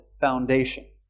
foundation